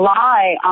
lie